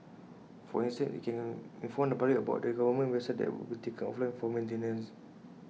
for instance IT can inform the public about the government websites that would be taken offline for maintenance